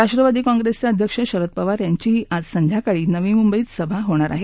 राष्ट्रवादी काँग्रेसचे अध्यक्ष शरद पवार यांचीही आज संध्याकाळी नवी मुंबईत सभा होणार आहे